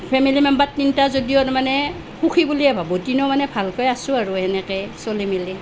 family member তিনিটা যদিও মানে সুখী বুলিয়ে ভাবোঁ তিনিও মানে ভালকৈ আছোঁ আৰু এনেকৈ চলি মেলি